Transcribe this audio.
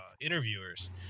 interviewers